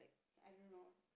I don't know